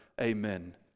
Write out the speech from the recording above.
amen